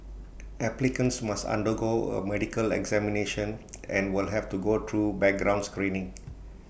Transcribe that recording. applicants must undergo A medical examination and will have to go through background screening